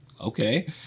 okay